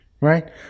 right